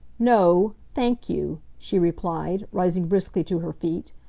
no, thank you! she replied, rising briskly to her feet.